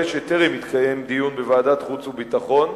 שטרם התקיים דיון בוועדת החוץ והביטחון,